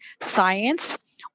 science